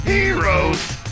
Heroes